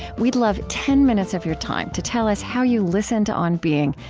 we'd love ten minutes of your time to tell us how you listen to on being,